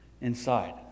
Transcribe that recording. inside